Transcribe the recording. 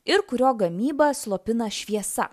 ir kurio gamybą slopina šviesa